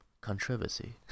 Controversy